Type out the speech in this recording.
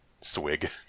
Swig